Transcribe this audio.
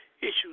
issues